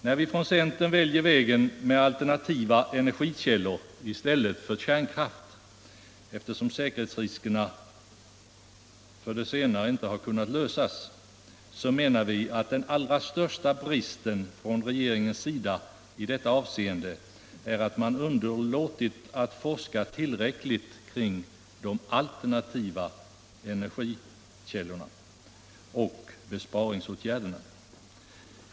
När vi inom centern väljer vägen med alternativa energikällor i stället för kärnkraft, eftersom säkerhetsriskerna för den senare inte har kunnat lösas, menar vi att den allra största bristen från regeringens sida i detta avseende är underlåtenheten att forska tillräckligt mycket kring alternativa energikällor och besparingsåtgärder.